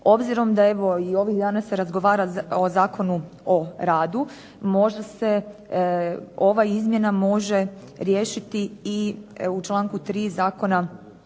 Obzirom da evo i ovih dana se razgovara o Zakonu o radu možda se ova izmjena može riješiti i u članku 3. Zakona